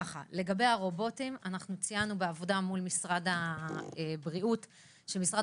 לגבי הרובוטים אנחנו ציינו בעבודה מול משרד הבריאות שמשרד